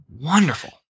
wonderful